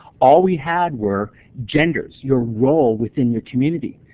all we had were genders, your role within your community.